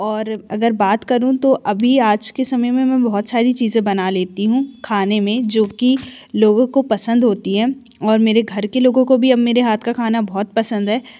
और अगर बात करूँ तो अभी आज के समय में मैं बहुत सारी चीज़ें बना लेती हूँ खाने में जो कि लोगों को पसंद होती हैं और मेरे घर के लोगों को भी मेरे हाथ का खाना बहुत पसंद है